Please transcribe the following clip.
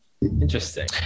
interesting